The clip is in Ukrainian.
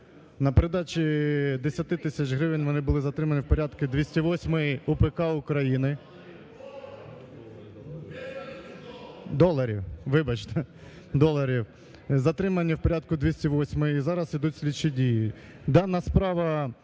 На передачі 10 тисяч гривень вони були затримані в порядку 208-ї УПК України. (Шум у залі) Доларів, вибачте, доларів. Затримані в порядку 208-ї, зараз ідуть слідчі дії.